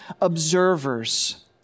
observers